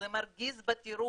זה מרגיז בטירוף.